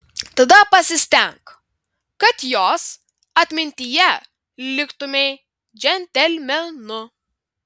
tada pasistenk kad jos atmintyje liktumei džentelmenu